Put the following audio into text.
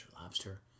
lobster